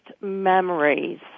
memories